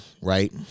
right